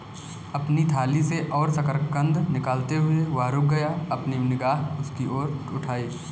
अपनी थाली से और शकरकंद निकालते हुए, वह रुक गया, अपनी निगाह उसकी ओर उठाई